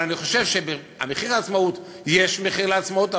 אבל אני חושב שיש מחיר לעצמאות,